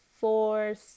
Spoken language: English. four